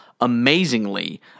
amazingly